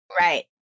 Right